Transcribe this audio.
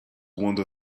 wander